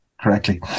correctly